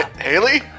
Haley